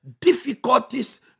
difficulties